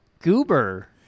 Goober